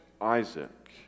Isaac